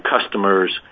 customers